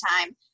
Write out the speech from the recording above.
time